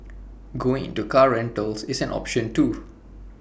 going into car rentals is an option too